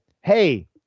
hey